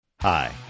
Hi